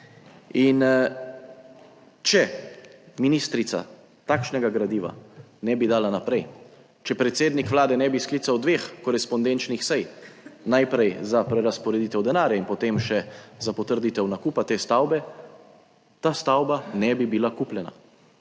In če ministrica takšnega gradiva ne bi dala naprej, če predsednik Vlade ne bi sklical dveh korespondenčnih sej, najprej za prerazporeditev denarja in potem še za potrditev nakupa te stavbe, ta stavba ne bi bila kupljena